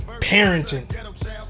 Parenting